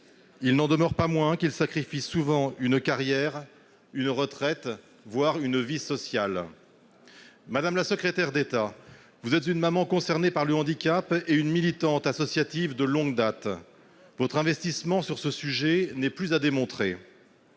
il n'en demeure pas moins qu'ils sacrifient souvent une carrière, une retraite, voire une vie sociale. Madame la secrétaire d'État, vous êtes une mère concernée par le handicap et une militante associative de longue date. Votre investissement sur ce sujet n'est plus à démontrer.